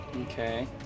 Okay